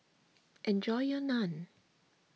enjoy your Naan